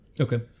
Okay